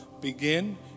Begin